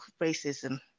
racism